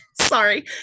sorry